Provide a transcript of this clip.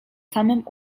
samym